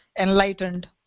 enlightened